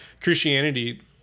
Christianity